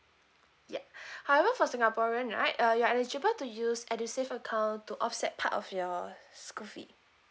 yup however for singaporean right uh you are eligible to use edusave account to offset part of your school fee